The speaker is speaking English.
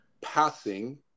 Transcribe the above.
passing